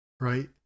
right